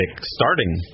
starting